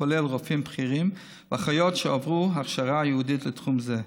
הכוללים רופאים בכירים ואחיות שעברו הכשרה ייעודית לתחום זה.